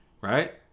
right